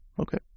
Okay